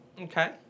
Okay